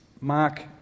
Mark